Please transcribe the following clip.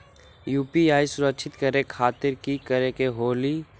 UPI सुरक्षित करे खातिर कि करे के होलि?